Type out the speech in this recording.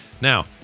Now